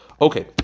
Okay